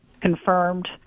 confirmed